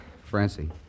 Francie